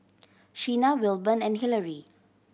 Shena Wilburn and Hillery